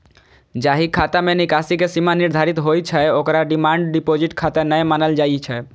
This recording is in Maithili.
जाहि खाता मे निकासी के सीमा निर्धारित होइ छै, ओकरा डिमांड डिपोजिट खाता नै मानल जाइ छै